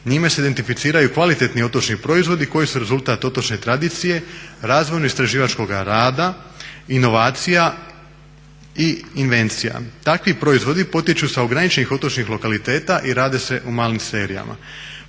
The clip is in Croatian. Njime se identificiraju kvalitetni otočni proizvodi koji su rezultat otočne tradicije, razvojno-istraživačkoga rada, inovacija i invencija. Takvi proizvodi potječu sa ograničenih otočnih lokaliteta i rade se u malim serijama.